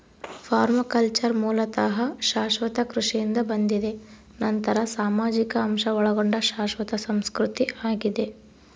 permaculture ಮೂಲತಃ ಶಾಶ್ವತ ಕೃಷಿಯಿಂದ ಬಂದಿದೆ ನಂತರ ಸಾಮಾಜಿಕ ಅಂಶ ಒಳಗೊಂಡ ಶಾಶ್ವತ ಸಂಸ್ಕೃತಿ ಆಗಿದೆ